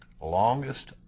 longest